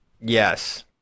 Yes